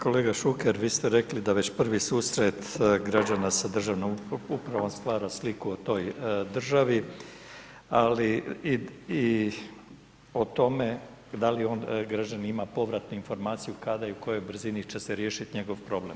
Kolega Šuker vi ste rekli da već prvi susret građana sa državnom upravom stvara sliku o toj državi, ali i o tome, da li on, građanin ima povratnu informaciju, kada i u kojoj brzini će se riješiti njegov problem.